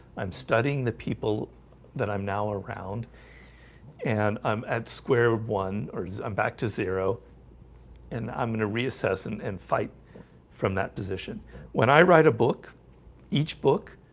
i'm studying the people that i'm now around and i'm at square one, or i'm back to zero and i'm gonna reassess and and fight from that position when i write a book each book,